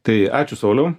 tai ačiū sauliau